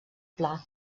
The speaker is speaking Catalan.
pla